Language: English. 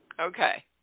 okay